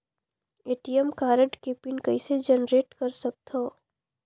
ATM card के pin कइसे generate कर सकथव?